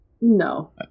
No